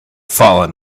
fallen